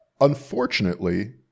Unfortunately